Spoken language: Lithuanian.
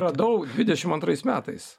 radau dvidešim antrais metais